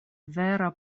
vera